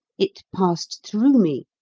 it passed through me,